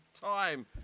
time